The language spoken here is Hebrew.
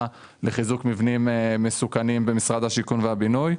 לחיזוק מבנים מסוכנים במשרד השיכון והבינוי.